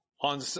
on